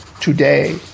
today